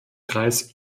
kreis